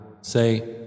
Say